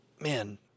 man